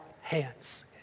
hands